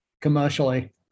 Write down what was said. commercially